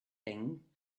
thing